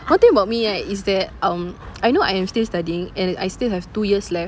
one thing about me right is that um I know I am still studying and I still have two years left